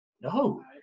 no